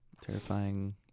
Terrifying